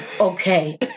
okay